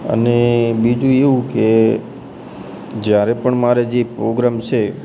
અને બીજું એવું કે જ્યારે પણ મારે જે પોગ્રામ છે